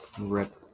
Rip